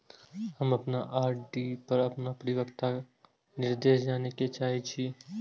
हम अपन आर.डी पर अपन परिपक्वता निर्देश जाने के चाहि छी